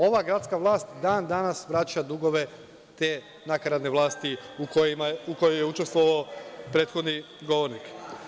Ova gradska vlast dan danas vraća dugove te nakaradne vlasti u kojoj je učestvovao prethodni govornik.